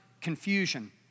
confusion